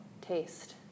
taste